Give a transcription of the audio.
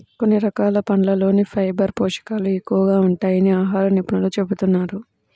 కొన్ని రకాల పండ్లల్లోనే ఫైబర్ పోషకాలు ఎక్కువగా ఉంటాయని ఆహార నిపుణులు చెబుతున్నారు